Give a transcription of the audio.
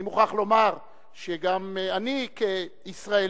אני מוכרח לומר שגם אני, כישראלי,